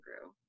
grew